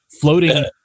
floating